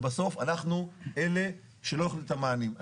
ובסוף אנחנו אלה שלא נותנים את המענים.